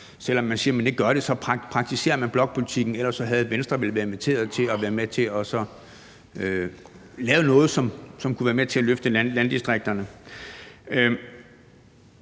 selv om man siger, at man ikke gør det, praktiserer blokpolitik. For ellers havde Venstre vel været inviteret til at være med til at lave noget, som kunne være med til at løfte landdistrikterne.